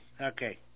Okay